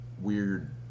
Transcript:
weird